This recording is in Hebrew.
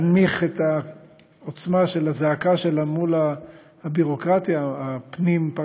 להנמיך את העוצמה של הזעקה שלה מול הביורוקרטיה הפנים-פרלמנטרית,